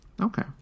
okay